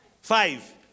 Five